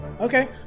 Okay